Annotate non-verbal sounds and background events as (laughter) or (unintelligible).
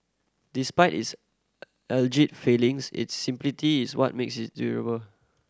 despite its (unintelligible) alleged failings its simplicity is what makes it durable